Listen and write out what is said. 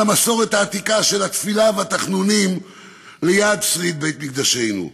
המסורת העתיקה של התפילה והתחנונים ליד שריד בית-מקדשנו.